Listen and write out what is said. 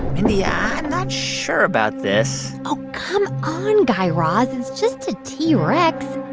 mindy, i'm not sure about this oh, come on, guy raz it's just a t. rex.